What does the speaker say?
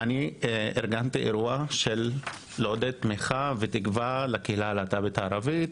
אני ארגנתי אירוע שמטרתו הייתה לעודד תמיכה בקהילה הלהט״בית הערבית.